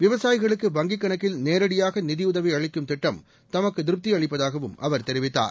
விவசாயிகளுக்கு வங்கிக் கணக்கில் நேரடியாக நிதியுதவி அளிக்கும் திட்டம் தமக்கு திருப்தி அளிப்பதாகவும் அவர் தெரிவித்தார்